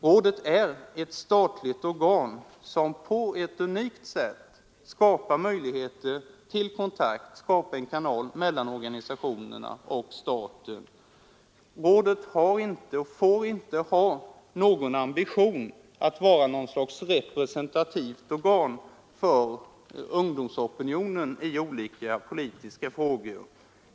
Rådet är ett statligt organ som på ett unikt sätt skapar möjligheter till kontakt mella organisationerna och staten. Rådet har inte och får inte ha någon ambition att vara något slags representativt organ för ungdomsopinionen i olika politiska frågor.